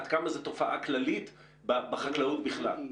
עד כמה זאת תופעה כללית בחקלאות בכלל.